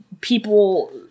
people